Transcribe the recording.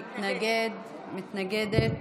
שמתנגדת.